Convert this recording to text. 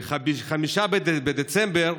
ב-5 בדצמבר,